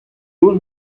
who